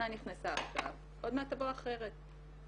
מאחר וגם משיכה או הפקדה זו פעולת